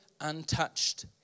untouched